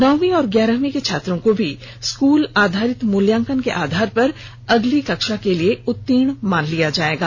नौवीं और ग्यारहवीं के छात्रों को भी स्कूल आधारित मूल्यांकन के आधार पर अगली कक्षा के लिए उतीर्ण मान लिया जाएगा